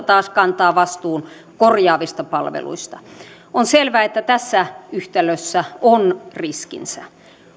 taas maakunta kantaa vastuun korjaavista palveluista on selvää että tässä yhtälössä on riskinsä